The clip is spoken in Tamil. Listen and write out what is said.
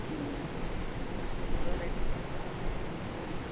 ம் அவ்வளோ ரேட் ஆகுமா ஆ